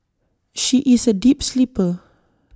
she is A deep sleeper